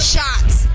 Shots